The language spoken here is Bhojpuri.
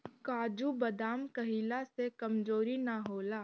काजू बदाम खइला से कमज़ोरी ना होला